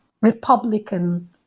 Republican